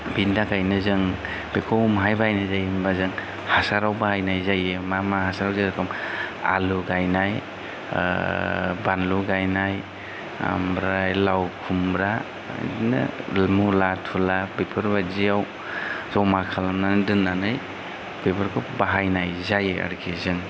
बिनि थाखायनो जों बेखौ माहाय बाहायनाय जायो होनबा जों हासाराव बाहायनाय जायो मा मा हासार जेरखम आलु गायनाय बानलु गायनाय ओमफ्राय लाव खुम्ब्रा बिदिनो मुला थुला बेफोरबायदियाव जमा खालामनानै दोननानै बेफोरखौ बाहायनाय जायो आरोखि जों